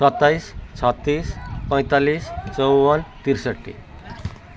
सताइस छत्तिस पैँतालिस चौवन त्रिसट्ठी